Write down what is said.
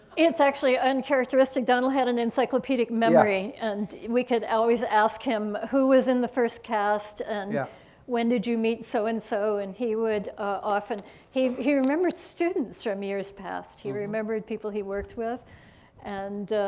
it's actually uncharacteristic, donald had an encyclopedic memory and we could always ask him who was in the first cast yeah when did you meet so-and-so so and so and he would often he he remembered students from years past. he remembered people he worked with and